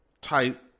type